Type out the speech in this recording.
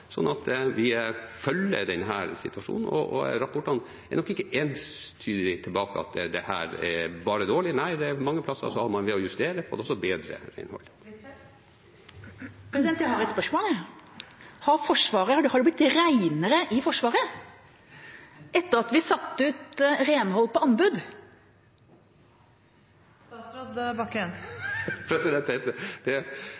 Vi følger denne situasjonen, og rapportene tilbake er nok ikke entydige på at dette er bare dårlig, nei, mange steder har man ved å justere også fått bedre renhold. Jeg har et spørsmål: Har det blitt renere i Forsvaret etter at vi satte ut renhold på anbud? Jeg må få lov til å gratulere med et veldig godt spørsmål. Jeg har ingen indikasjoner på at det